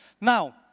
Now